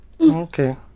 Okay